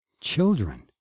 Children